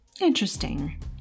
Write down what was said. Interesting